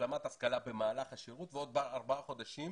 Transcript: השלמת השכלה במהלך השירות ועוד ארבעה חודשים